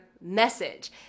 message